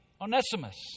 Onesimus